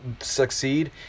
succeed